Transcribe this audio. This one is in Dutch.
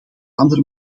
andere